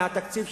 מהתקציב,